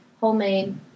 homemade